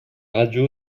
radio